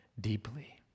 deeply